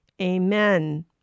Amen